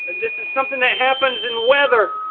this is something that happens in weather.